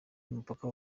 y’umupaka